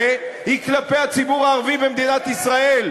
היא כלפי הציבור הערבי במדינת ישראל.